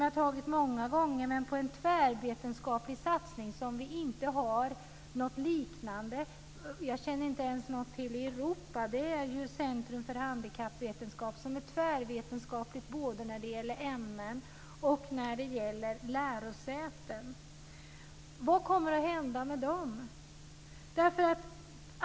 Jag har många gånger gett ett exempel med en tvärvetenskaplig satsning där det inte finns något liknande - inte ens i Europa - nämligen Centrum för handikappvetenskap. Området är tvärvetenskapligt både när det gäller ämnen och lärosäten. Vad kommer att hända?